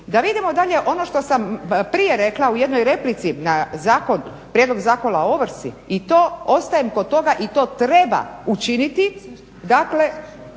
Da vidimo dalje ono što sam prije rekla u jednoj replici na prijedlog Zakona o ovrsi i to ostajem kod toga i to treba učiniti,